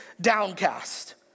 downcast